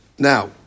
Now